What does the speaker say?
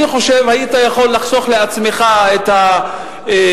אני חושב שיכולת לחסוך מעצמך את ההערות.